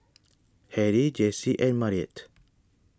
Harry Jessi and Marietta